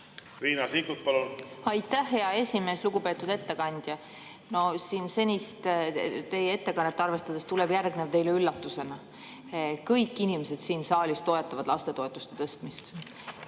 Riina Sikkut, palun! Aitäh, hea esimees! Lugupeetud ettekandja! Teie senist ettekannet arvestades tuleb järgnev teile üllatusena. Kõik inimesed siin saalis toetavad lastetoetuste tõstmist.